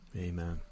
Amen